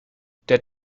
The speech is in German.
der